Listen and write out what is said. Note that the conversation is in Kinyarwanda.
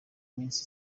iminsi